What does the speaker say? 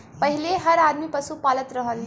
पहिले हर आदमी पसु पालत रहल